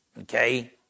Okay